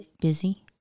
busy